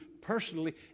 personally